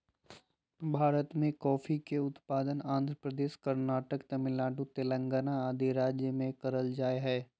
भारत मे कॉफी के उत्पादन आंध्र प्रदेश, कर्नाटक, तमिलनाडु, तेलंगाना आदि राज्य मे करल जा हय